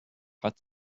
hat